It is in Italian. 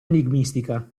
enigmistica